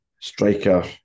Striker